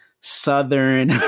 Southern